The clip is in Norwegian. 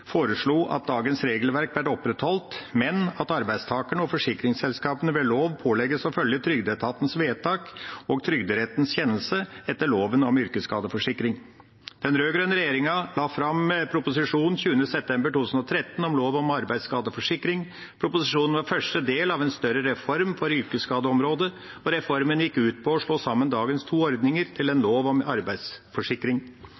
foreslo at dagens regelverk ble opprettholdt, men at arbeidstakerne og forsikringsselskapene ved lov pålegges å følge trygdeetatens vedtak og Trygderettens kjennelse etter loven om yrkesskadeforsikring. Den rød-grønne regjeringa la fram proposisjonen den 20. september 2013 om lov om arbeidsskadeforsikring. Proposisjonen var første del av en større reform for yrkesskadeområdet, og reformen gikk ut på å slå sammen dagens to ordninger til en